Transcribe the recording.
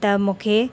त मूंखे